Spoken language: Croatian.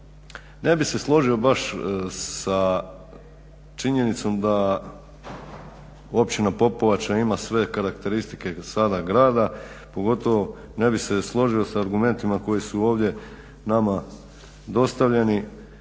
Ne bih se složio baš sa činjenicom da općina Popovača ima sve karakteristike sada grada, pogotovo ne bih se složio s argumentima koji su ovdje nama dostavljeni.